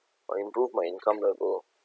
or improve my income level